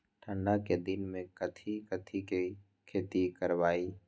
ठंडा के दिन में कथी कथी की खेती करवाई?